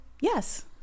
Yes